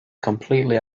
completely